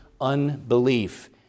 unbelief